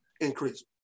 increase